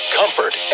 comfort